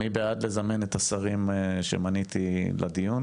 מי בעד לזמן את השרים שמניתי לדיון?